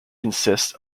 consists